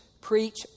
preach